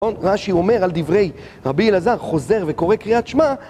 רש"י אומר על דברי רבי אלעזר, חוזר וקורא קריאת שמע